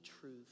truth